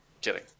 Kidding